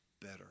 better